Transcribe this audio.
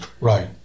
Right